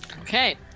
Okay